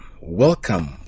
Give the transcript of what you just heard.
welcome